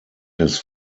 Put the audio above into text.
his